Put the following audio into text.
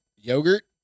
yogurt